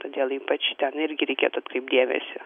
todėl ypač ten irgi reikėtų atkreipt dėmesį